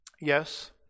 Yes